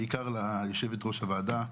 בעיקר ליושבת-ראש הוועדה,